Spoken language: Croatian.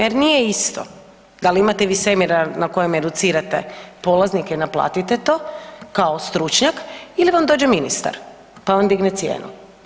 Jer nije isto dal imate vi seminar na kojem educirate polaznike i naplatite to kao stručnjak ili vam dođe ministar, pa vam digne cijenu.